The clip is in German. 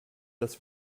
das